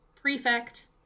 prefect